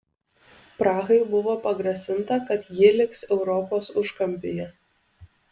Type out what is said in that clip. prahai buvo pagrasinta kad ji liks europos užkampyje